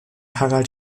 harald